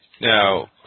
Now